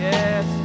Yes